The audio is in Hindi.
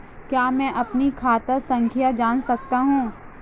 क्या मैं अपनी खाता संख्या जान सकता हूँ?